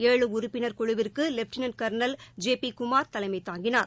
ஏழு உறுப்பினர் குழுவிற்கு lieutenant colonel J P Kumar தலைமை தாங்கினார்